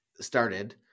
started